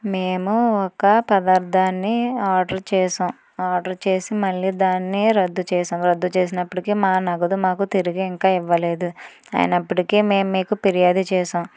మేము ఒక పదార్థాన్ని ఆర్డర్ చేసాం ఆర్డర్ చేసి మళ్ళీ దాన్ని రద్దు చేసిన రద్దు చేసినప్పటికీ మా నగదు మాకు తిరిగి ఇంకా ఇవ్వలేదు అయినప్పటికీ మేము మీకు ఫిర్యాదు చేసాం